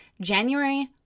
January